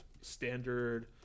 standard